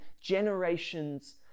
generations